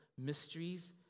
mysteries